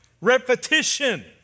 repetition